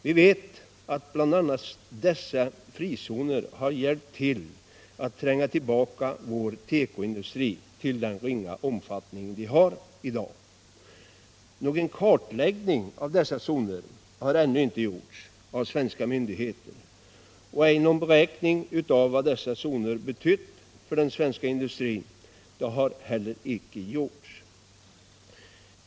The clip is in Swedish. Vi vet att bl.a. dessa frizoner har hjälpt till att tränga tillbaka vår tekoindustri till den ringa omfattning den har i dag. Någon kartläggning av dessa zoner har ännu inte gjorts av svenska myndigheter. Någon beräkning av vad dessa zoner betytt för svensk industri har heller icke gjorts.